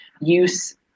use